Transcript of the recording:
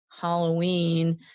Halloween